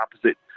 opposite